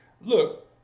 Look